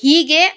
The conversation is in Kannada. ಹೀಗೆ